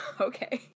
Okay